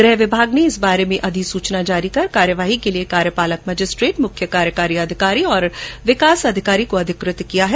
गृह विभाग ने इस बारे में अधिसूचना जारी कर कार्रवाई के लिये कार्यपालक मजिस्ट्रेट मुख्य कार्यकारी अधिकारी और विकास अधिकारी को अधिकृत किया है